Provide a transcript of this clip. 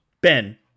Ben